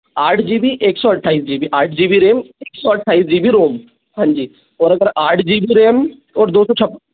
आठ G B एक सौ अट्ठाईस जी बी आठ जी बी रैम एक सौ अट्ठाईस जी बी रैम हाँ जी और अगर आठ जी बी रैम और दो सौ